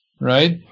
right